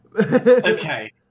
Okay